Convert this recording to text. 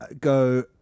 go